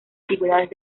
antigüedades